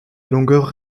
longueur